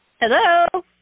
Hello